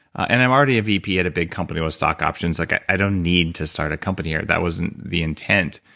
and i'm already a vp at a big company with stock options, like i don't need to start a company, or that wasn't the intent.